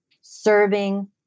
serving